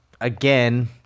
again